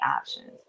options